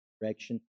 direction